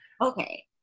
Okay